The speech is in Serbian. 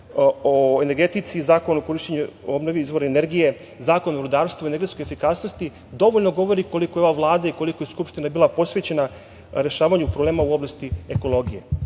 o energetici, Zakon o korišćenju obnovljivih izvora energije, Zakon o rudarstvu i energetskoj efikasnosti, dovoljno govori koliko je ova Vlada i koliko je Skupština bila posvećena rešavanju problema u oblasti ekologije. Naravno,